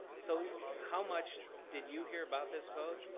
so how much did you hear about this vote?